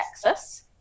texas